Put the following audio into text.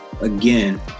again